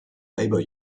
labor